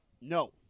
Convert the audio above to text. No